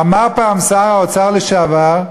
אמר פעם שר האוצר לשעבר,